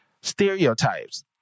stereotypes